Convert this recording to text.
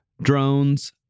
drones